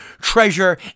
treasure